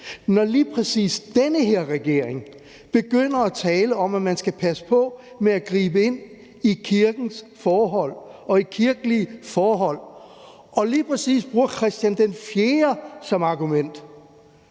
når lige præcis den her regering begynder at tale om, at man skal passe på med at gribe ind i kirkens forhold og i kirkelige forhold – og lige præcis bruger Christian IV som argument.